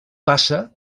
passa